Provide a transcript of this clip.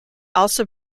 also